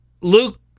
Luke